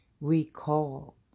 recall